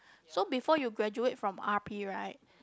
so before you graduate from R_P right